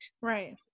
Right